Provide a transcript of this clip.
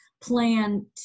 plan